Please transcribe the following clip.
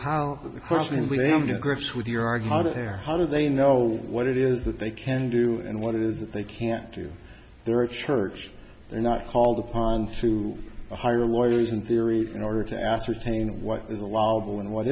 their how do they know what it is that they can do and what it is that they can't do their church they're not called upon to hire lawyers in theory in order to ascertain what is allowable and what